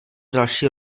další